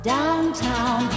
downtown